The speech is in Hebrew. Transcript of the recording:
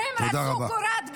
שהם רצו קורת גג?